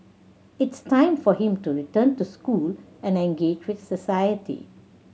it's time for him to return to school and engage with society